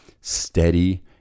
steady